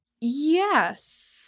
Yes